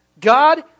God